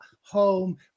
home